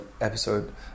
episode